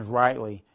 rightly